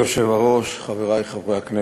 אדוני היושב-ראש, חברי חברי הכנסת,